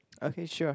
okay sure